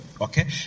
Okay